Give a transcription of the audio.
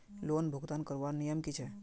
Loan भुगतान करवार नियम की छे?